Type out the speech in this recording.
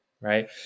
right